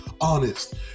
honest